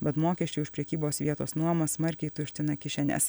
bet mokesčiai už prekybos vietos nuomą smarkiai tuština kišenes